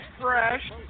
fresh